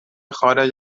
خارج